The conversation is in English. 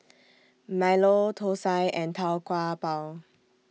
Milo Thosai and Tau Kwa Pau